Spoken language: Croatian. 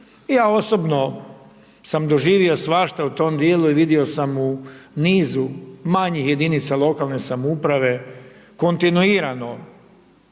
Ja osobno sam doživio svašta u tom dijelu i vidio sam u nizu manjih jedinica lokalne samouprave kontinuirano